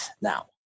now